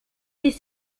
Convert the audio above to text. des